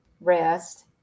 rest